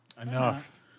Enough